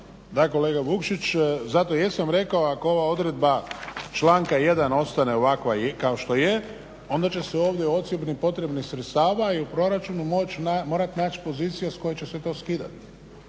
Da kolega Vukšić, zato i jesam rekao ako ova odredba članka 1. ostane ovakva kao što je onda će se ovdje u ocjeni potrebnih sredstava i u proračunu morati naći pozicija s koje će se to skidati.